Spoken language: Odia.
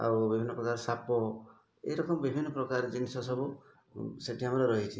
ଆଉ ବିଭିନ୍ନ ପ୍ରକାର ସାପ ଏଇ ରକମର ବିଭିନ୍ନ ପ୍ରକାର ଜିନିଷ ସବୁ ସେଠି ଆମର ରହିଛି